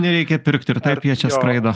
nereikia pirkt ir taip jie čia skraido